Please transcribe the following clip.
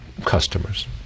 customers